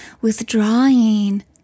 Withdrawing